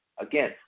Again